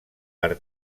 per